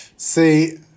See